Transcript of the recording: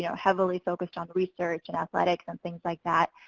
you know heavily focused on research and athletics, and things like that.